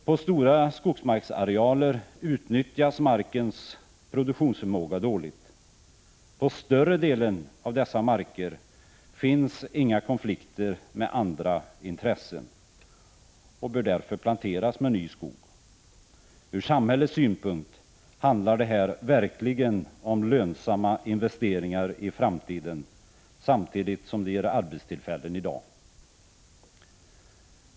På stora skogsmarksarealer utnyttjas markens produktionsförmåga dåligt. På större delen av dessa marker finns inga konflikter med andra intressen, varför man bör plantera ny skog där. Från samhällets synpunkt handlar det här verkligen om lönsamma investeringar i framtiden samtidigt som det ger arbetstillfällen i dag.